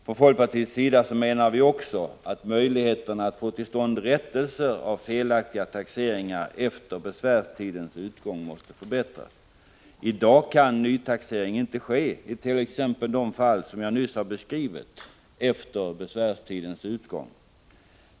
Från folkpartiets sida menar vi också att möjligheten att få till stånd rättelser av felaktiga taxeringar efter besvärstidens utgång måste förbättras. I t.ex. de fall som jag nyss har beskrivit kan nytaxering inte ske efter besvärstidens utgång.